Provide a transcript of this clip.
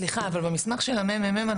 במסמך של הממ"מ,